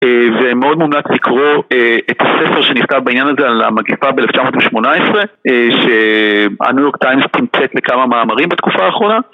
ומאוד מומלץ לקרוא את הספר שנזכר בעניין הזה על המגיפה ב-1918 שהניו יורק טיימס תמצת לכמה מאמרים בתקופה האחרונה